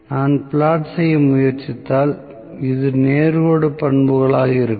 நான் பிளாட் செய்ய முயற்சித்தால் இது நேர் கோடு பண்புகளாக இருக்கும்